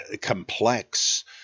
complex